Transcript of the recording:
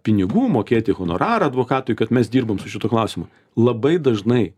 pinigų mokėti honorarą advokatui kad mes dirbam su šituo klausimu labai dažnai